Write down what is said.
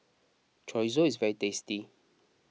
Chorizo is very tasty